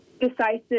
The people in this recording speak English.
decisive